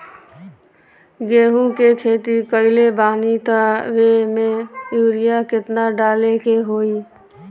गेहूं के खेती कइले बानी त वो में युरिया केतना डाले के होई?